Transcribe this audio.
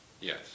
Yes